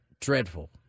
dreadful